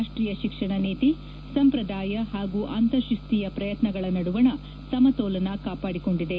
ರಾಷ್ಟೀಯ ಶಿಕ್ಷಣ ನೀತಿ ಸಂಪ್ರದಾಯ ಪಾಗೂ ಅಂತರ್ ಶಿಸ್ತಿಯ ಪ್ರಯತ್ನಗಳ ನಡುವಣ ಸಮತೋಲನ ಕಾಪಾಡಿಕೊಂಡಿದೆ